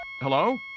Hello